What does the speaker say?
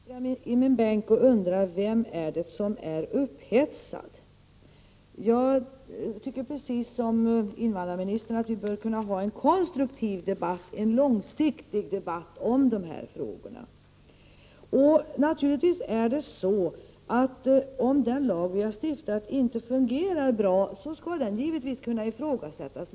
Herr talman! Jag sitter här i min bänk och undrar vem det är som är upphetsad. Jag tycker precis som invandrarministern att vi bör kunna ha en konstruktiv och långsiktig debatt om dessa frågor. Om den lag som vi har stiftat inte fungerar bra skall den givetvis kunna ifrågasättas.